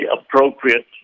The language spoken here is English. appropriate